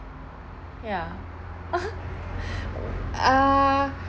ya uh